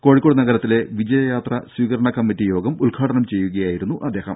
കോഴിക്കോട് നഗരത്തിലെ വിജയയാത്ര സ്വീകരണ കമ്മിറ്റി യോഗം ഉദ്ഘാടനം ചെയ്യുകയായിരുന്നു അദ്ദേഹം